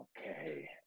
Okay